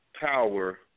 power